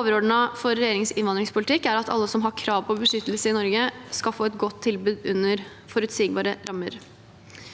Overordnet for regjeringens innvandringspolitikk er at alle som har krav på beskyttelse i Norge, skal få et godt tilbud under forutsigbare rammer.